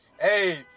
Hey